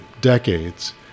decades